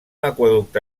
aqüeducte